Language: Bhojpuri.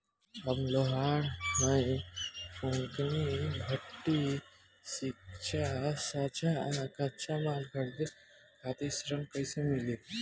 हम लोहार हईं फूंकनी भट्ठी सिंकचा सांचा आ कच्चा माल खरीदे खातिर ऋण कइसे मिली?